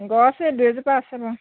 গছ এই দুই এজোপা আছে বাও